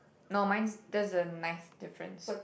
no mine doesn't mine's different